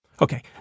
Okay